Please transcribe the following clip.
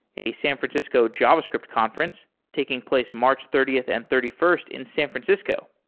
a san francisco javascript conference taking place march thirtieth and thirty first in san francisco.